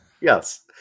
Yes